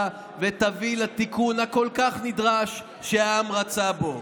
ותביא לתיקון הכל-כך נדרש שהעם רצה בו.